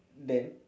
then